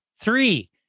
three